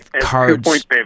cards